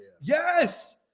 Yes